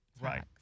Right